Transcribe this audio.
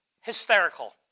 hysterical